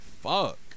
fuck